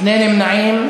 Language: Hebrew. שני נמנעים.